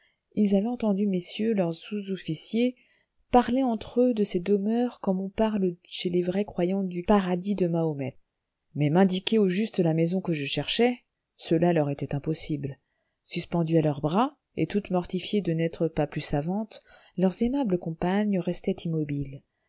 ils avaient entendu messieurs leurs sous-officiers parler entre eux de ces demeures comme on parle chez les vrais croyants du paradis de mahomet mais m'indiquer au juste la maison que je cherchais cela leur était impossible suspendues à leurs bras et toutes mortifiées de n'être pas plus savantes leurs aimables compagnes restaient immobiles